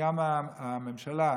שגם הממשלה,